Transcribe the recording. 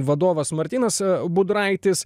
vadovas martynas budraitis